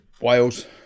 Wales